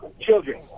children